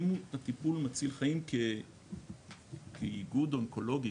אם הטיפול הוא מציל חיים כאיגוד אונקולוגי,